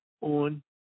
on